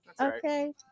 okay